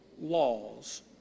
laws